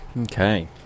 okay